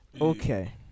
Okay